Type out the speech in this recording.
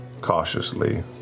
cautiously